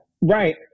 right